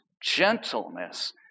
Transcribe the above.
gentleness